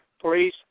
please